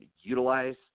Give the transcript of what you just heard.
utilize